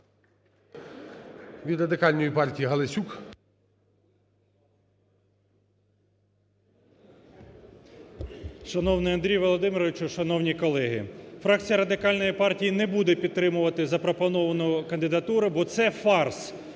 Від Радикальної партії Галасюк. 11:51:37 ГАЛАСЮК В.В. Шановний Андрію Володимировичу, шановні колеги, фракція Радикальної партії не буде підтримувати запропоновану кандидатуру, бо це фарс.